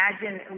imagine